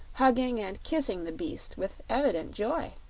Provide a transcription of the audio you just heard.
hugging and kissing the beast with evident joy.